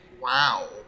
Wow